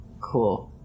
Cool